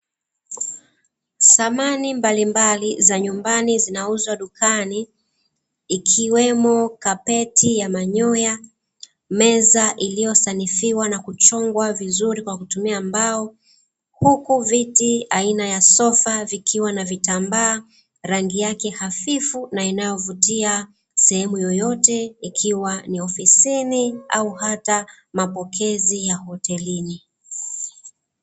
Samani mbali mbali za nyumbani zinauzwa dukani, ikiwemo kapeti ya manyoya, meza iliyo sanifiwa na kuchongwa vizuri kwa kutumia mbao, huku viti aina ya sofa vikiwa na vitambaa rangi yake hafifu na inayo vutia sehemu yoyote, ikiwa ni ofisini au hata mapokezi ya hotelini.